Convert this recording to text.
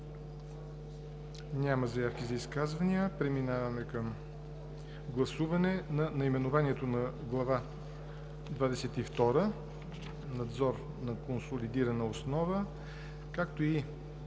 Няма заявки за изказвания. Преминаваме към гласуване на наименованието на „Глава двадесет и втора – Надзор на консолидирана основа“, както и